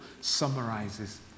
summarizes